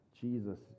Jesus